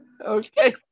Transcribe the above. Okay